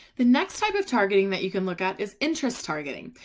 the next type of targeting that you can look at is. interest targeting.